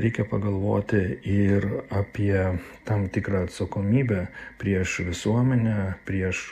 reikia pagalvoti ir apie tam tikrą atsakomybę prieš visuomenę prieš